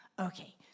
Okay